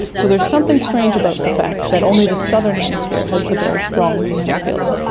so there's something strange about the fact that only the southern hemisphere has the very strong magnetic fields.